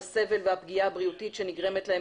על הסבל והפגיעה הבריאותית שנגרמת להם